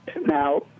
Now